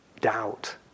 doubt